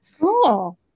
Cool